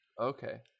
Okay